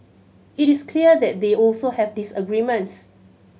it is clear that they also have disagreements